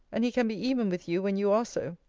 and he can be even with you when you are so.